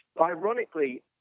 ironically